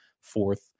fourth